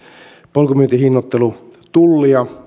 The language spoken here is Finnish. polkumyyntihinnoittelutullia